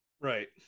Right